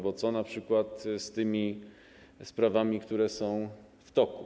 Bo co np. z tymi sprawami, które są w toku?